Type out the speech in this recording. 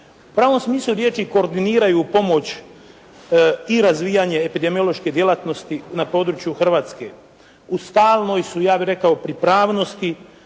U pravom smislu riječi koordiniraju u pomoć i razvijanje epidemiološke djelatnosti na području Hrvatske. U stalnoj su ja bih rekao pripravnosti